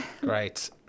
great